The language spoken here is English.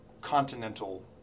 continental